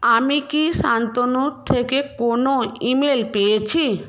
আমি কি শান্তনুর থেকে কোনও ইমেল পেয়েছি